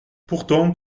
pourtant